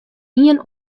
ien